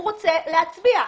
הוא רוצה להצביע.